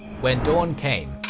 when dawn came,